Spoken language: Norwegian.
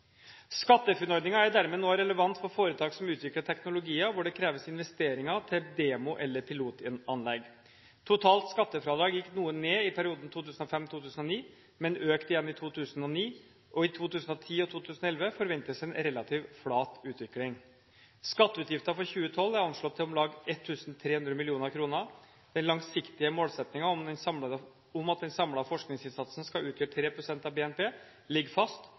er dermed nå relevant for foretak som utvikler teknologier hvor det kreves investeringer til demo- eller pilotanlegg. Totalt skattefradrag gikk noe ned i perioden 2005–2008, men økte igjen i 2009. I 2010 og 2011 forventes en relativt flat utvikling. Skatteutgiftene for 2012 er anslått til om lag 1 300 mill. kr. Den langsiktige målsettingen om at den samlede forskningsinnsatsen skal utgjøre 3 pst. av BNP, ligger fast,